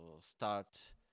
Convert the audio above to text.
start